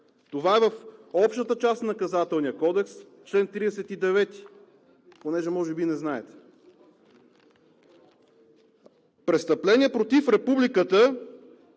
Това е в общата част на Наказателния кодекс – чл. 39, понеже може би не знаете. Престъпление против Републиката